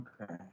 Okay